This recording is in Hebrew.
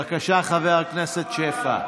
בבקשה, חבר הכנסת שפע.